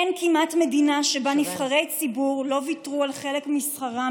אין כמעט מדינה שבה נבחרי ציבור לא ויתרו על חלק משכרם